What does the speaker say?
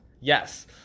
Yes